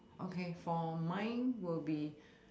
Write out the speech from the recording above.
okay for mine will be